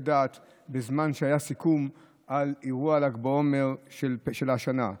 דת בזמן שהיה סיכום על אירוע ל"ג בעומר של השנה,